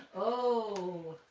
oh,